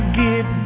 get